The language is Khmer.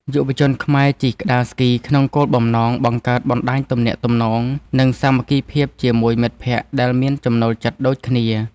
យុវជនខ្មែរជិះក្ដារស្គីក្នុងគោលបំណងបង្កើតបណ្ដាញទំនាក់ទំនង និងសាមគ្គីភាពជាមួយមិត្តភក្ដិដែលមានចំណូលចិត្តដូចគ្នា។